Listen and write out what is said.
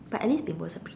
but at least bimbo is